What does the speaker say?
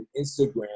Instagram